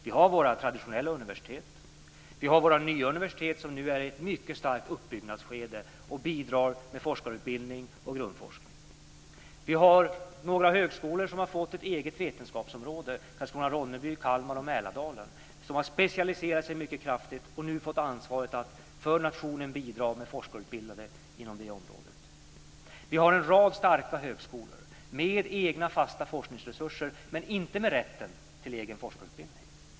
Vi har våra traditionella universitet. Vi har våra nya universitet, som nu är i ett mycket starkt uppbyggnadsskede och bidrar med forskarutbildning och grundforskning. Vi har några högskolor som har fått ett eget vetenskapsområde. Det gäller högskolorna i Karlskrona/Ronneby, Kalmar och Mälardalen. De har specialiserat sig mycket kraftigt och har nu fått ansvaret att för nationen bidra med forskarutbildade inom sina områden. Vi har en rad starka högskolor med egna fasta forskningsresurser, men inte med rätten till egen forskarutbildning.